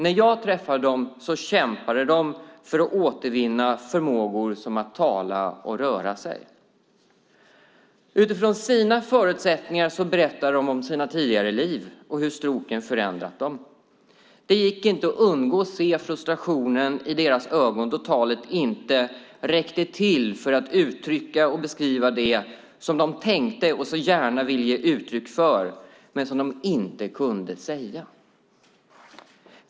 När jag träffade dem kämpade de för att återvinna förmågor som att tala och röra sig. Utifrån sina förutsättningar berättade de om sina tidigare liv och hur stroken förändrat dem. Det gick inte att undgå att se frustrationen i deras ögon då talet inte räckte till för att uttrycka och beskriva det de tänkte och så gärna ville ge uttryck för, men som de inte kunde säga.